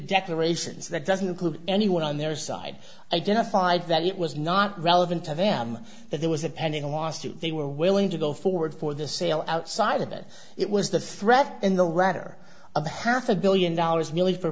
declarations that doesn't include anyone on their side identified that it was not relevant to them that there was a pending lawsuit they were willing to go forward for the sale outside of it it was the threat and the writer of the half a billion dollars merely for